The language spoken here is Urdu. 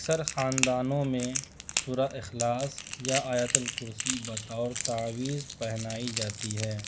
اکثر خاندانوں میں سورہ اخلاص یا آیت ال کرسی بطور تاویز پہنائی جاتی ہے